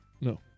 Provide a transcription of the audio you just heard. No